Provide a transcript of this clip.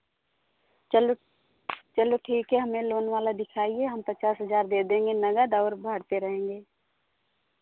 चलो चलो ठीक है हमें लोन वाला दिखाइए हम पचास हज़ार दे देंगे नगद और भरते रहेंगे